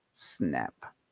Snap